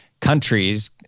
countries